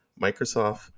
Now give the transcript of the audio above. Microsoft